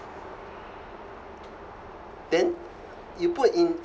then you put in